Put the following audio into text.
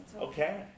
okay